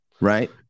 right